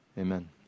amen